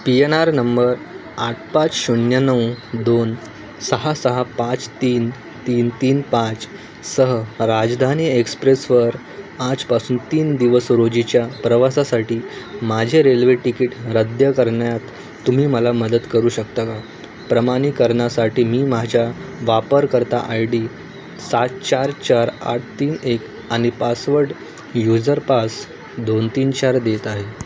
P N R number आठ पाच शून्य नऊ दोन सहा सहा पाच तीन तीन तीन पाच सह राजधानी एक्सप्रेसवर आजपासून तीन दिवस रोजीच्या प्रवासासाठी माझे रेल्वे तिकीट रद्द करण्यात तुम्ही मला मदत करू शकता का प्रमाणीकरणासाठी मी माझ्या वापरकर्ता आय डी सात चार चार आठ तीन एक आणि पासवर्ड युझर पास दोन तीन चार देत आहे